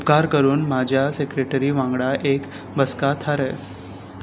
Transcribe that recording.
उपकार करून म्हाज्या सॅक्रॅटरी वांगडा एक बसका थारय